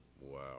Wow